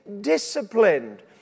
disciplined